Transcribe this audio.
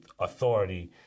authority